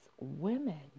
women